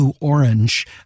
Orange